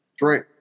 right